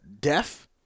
deaf